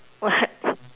what